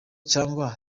cyangwa